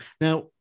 Now